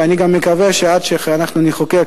ואני מקווה שעד שנחוקק